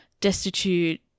destitute